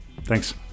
Thanks